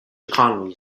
economy